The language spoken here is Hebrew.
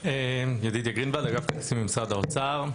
ידידיה גרינוולד, אגף תקציבים במשרד האוצר.